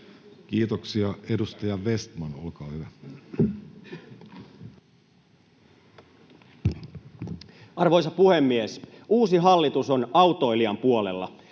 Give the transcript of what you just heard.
Kiitoksia. — Edustaja Vestman, olkaa hyvä. Arvoisa puhemies! Uusi hallitus on autoilijan puolella.